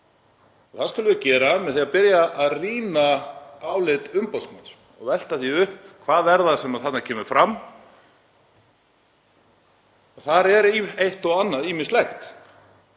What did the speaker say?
Það skulum við gera með því að byrja að rýna álit umboðsmanns og velta því upp hvað það er sem þarna kemur fram. Þar er eitt og annað ýmislegt.